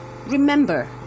Remember